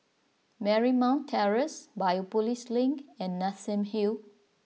Marymount Terrace Biopolis Link and Nassim Hill